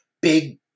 big